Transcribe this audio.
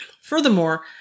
Furthermore